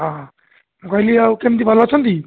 ହଁ ହଁ ମୁଁ କହିଲି ଆଉ କେମିତି ଭଲ ଅଛନ୍ତି